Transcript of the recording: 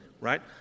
Right